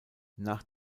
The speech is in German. nach